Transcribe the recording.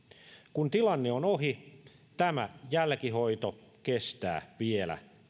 kun tilanne on ohi tämä jälkihoito kestää vielä